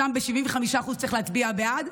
שם ב-75% צריך להצביע בעד,